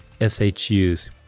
SHUs